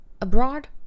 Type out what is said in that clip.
abroad